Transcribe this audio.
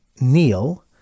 kneel